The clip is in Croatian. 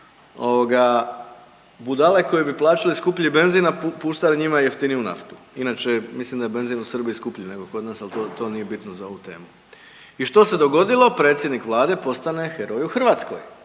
budale koje bi plaćali skuplji benzin, a puštali njima jeftiniju naftu, inače mislim da je benzin u Srbiji skuplji nego kod nas, ali to, to nije bitno za ovu temu. I što se dogodilo, predsjednik vlade postane heroj u Hrvatskoj